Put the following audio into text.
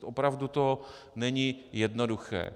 Opravdu to není jednoduché.